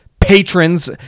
patrons